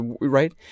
right